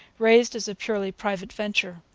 raised as a purely private venture.